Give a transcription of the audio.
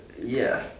ya